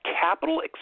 capital